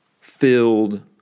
filled